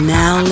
now